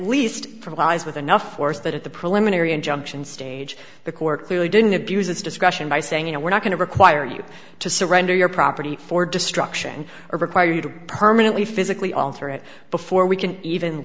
with enough force that at the preliminary injunction stage the court clearly didn't abuse its discretion by saying you know we're not going to require you to surrender your property for destruction or require you to permanently physically alter it before we can even